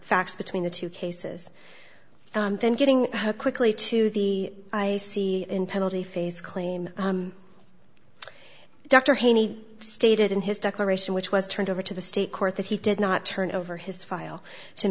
facts between the two cases then getting quickly to the icy and penalty phase claim dr haney stated in his declaration which was turned over to the state court that he did not turn over his file